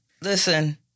listen